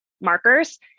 markers